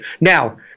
Now